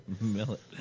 Millet